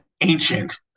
ancient